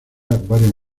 varias